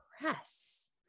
press